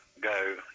go